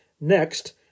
Next